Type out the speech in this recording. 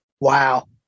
wow